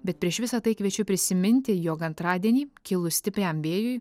bet prieš visa tai kviečiu prisiminti jog antradienį kilus stipriam vėjui